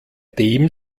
dem